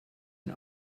and